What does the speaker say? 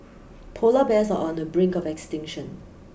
polar bears are on the brink of extinction